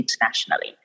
internationally